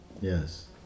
Yes